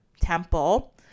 temple